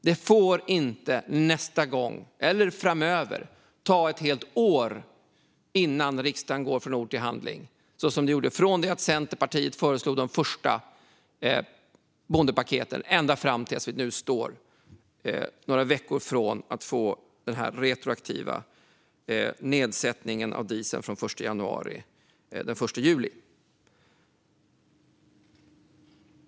Det får inte nästa gång eller framöver gå ett helt år innan riksdagen går från ord till handling, så som det gjorde från att Centerpartiet föreslog de första bondepaketen ända fram till att vi nu är några veckor från att få den retroaktiva nedsättningen av dieseln från den 1 januari.